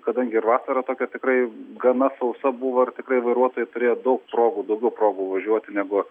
kadangi vasara tokia tikrai gana sausa buvo tikrai vairuotojai turėjo daug progų daugiau progų važiuoti negu